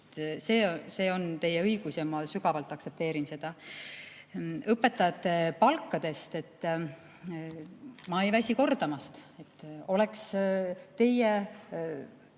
See on teie õigus ja ma sügavalt aktsepteerin seda. Õpetajate palkade kohta ma ei väsi kordamast, et oleks see